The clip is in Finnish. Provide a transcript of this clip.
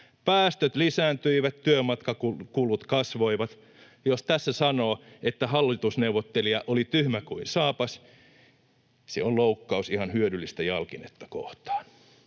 Päästöt lisääntyivät, työmatkakulut kasvoivat. Jos tässä sanoo, että hallitusneuvottelija oli tyhmä kuin saapas, se on loukkaus ihan hyödyllistä jalkinetta kohtaan.